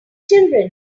children